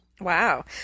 wow